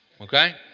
okay